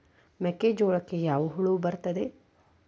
ಮೆಕ್ಕೆಜೋಳಕ್ಕೆ ಯಾವ ಹುಳ ಬರುತ್ತದೆ?